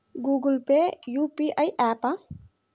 Google Pay UPI య్యాపా?